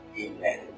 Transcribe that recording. Amen